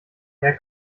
her